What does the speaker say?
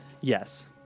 Yes